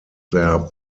their